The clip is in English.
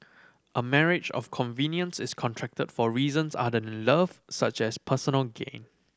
a marriage of convenience is contracted for reasons other than love such as personal gain